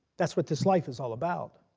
that's what this life is all about